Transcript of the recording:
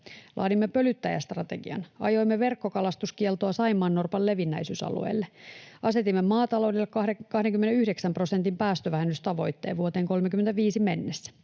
Laadimme pölyttäjästrategian. Ajoimme verkkokalastuskieltoa saimaannorpan levinneisyysalueelle. Asetimme maataloudelle 29 prosentin päästövähennystavoitteen vuoteen 35 mennessä.